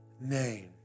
name